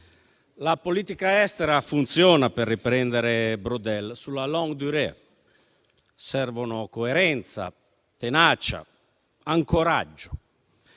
la politica estera funziona - per riprendere Braudel - sulla *longue durée*. Servono coerenza, tenacia, ancoraggio.